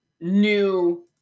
new